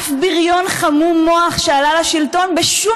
אף בריון חמום מוח שעלה לשלטון בשום